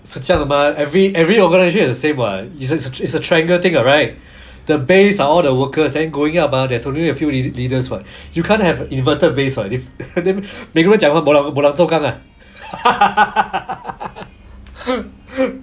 是这样的 mah every every organization is the same [what] it's a it's a triangle thing right the base are all the workers and going up mah there's only a few leaders [what] you can't have inverted base [what] if they 每个人假如说 bo lang zuo gang ah